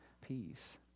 peace